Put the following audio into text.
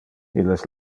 illes